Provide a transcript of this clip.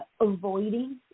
avoiding